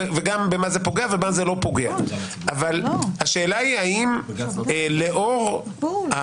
וגם במה זה פוגע ובמה זה לא פוגע אבל השאלה היא לאור הגמישות,